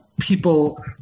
people